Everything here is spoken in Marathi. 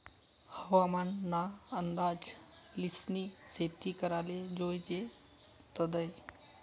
हवामान ना अंदाज ल्हिसनी शेती कराले जोयजे तदय